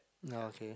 ya okay